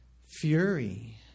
fury